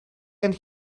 and